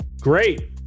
Great